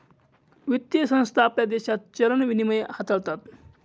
वित्तीय संस्था आपल्या देशात चलन विनिमय हाताळतात